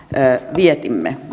vietimme